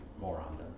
moron